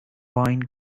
wine